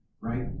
right